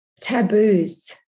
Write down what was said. taboos